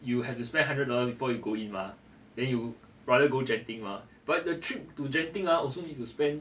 you have to spend hundred dollars before you go in mah then you rather go genting mah but the trip to genting ah also need to spend